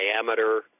diameter